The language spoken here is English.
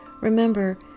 Remember